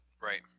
Right